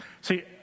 See